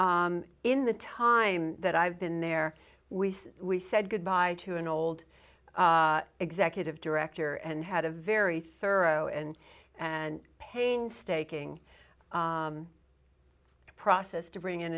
in the time that i've been there we we said goodbye to an old executive director and had a very thorough and and painstaking process to bring in